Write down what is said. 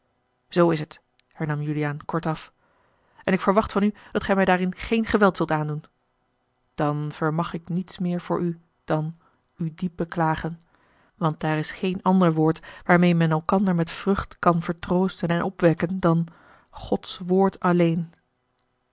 zoo is het hernam juliaan kort af en ik verwacht van u dat gij mij daarin geen geweld zult aandoen dan vermag ik niets meer voor u dan u diep beklagen want daar is geen ander woord waarmeê men elkander met vrucht kan vertroosten en opwekken dan gods woord alleen